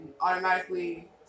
automatically